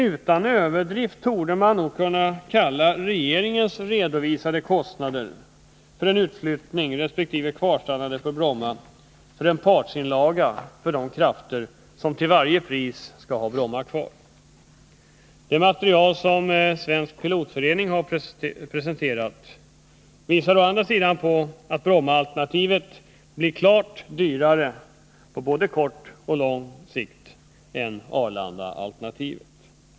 Utan överdrift torde man dock kunna kalla regeringens kostnadsredovisning en partsinlaga för de krafter som vill ha Bromma kvar till varje pris. Det material som Svensk pilotförening har presenterat visar å andra sidan att Brommaalternativet blir klart dyrare på både kort och lång sikt än Arlandaalternativet.